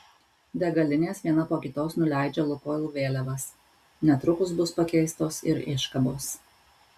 degalinės viena po kitos nuleidžia lukoil vėliavas netrukus bus pakeistos ir iškabos